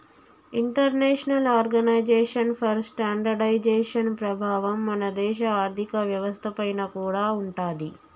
international organization for standardization ప్రభావం మన దేశ ఆర్ధిక వ్యవస్థ పైన కూడా ఉంటాది